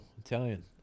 Italian